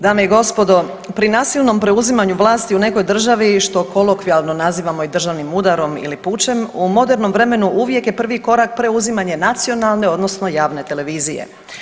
Dame i gospodo pri nasilnom preuzimanju vlasti u nekoj državi što kolokvijalno nazivamo i državnim udarom ili pučem u modernom vremenu uvijek je prvi korak preuzimanje nacionalne odnosno javne televizije.